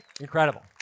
Incredible